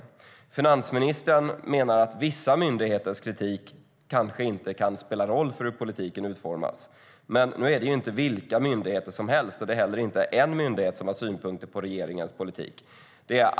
Finansministern menar att vissa myndigheters kritik kanske inte kan spela roll för hur politiken utformas. Men nu är det inte vilka myndigheter som helst, och det är inte heller en myndighet som har synpunkter på regeringens politik.